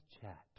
chat